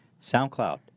SoundCloud